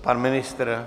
Pan ministr?